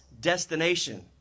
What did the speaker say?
destination